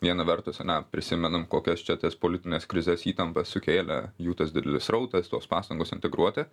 viena vertus ane prisimenam kokias čia tas politines krizes įtampas sukėlė jų tas didelis srautas tos pastangos integruoti